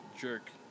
jerk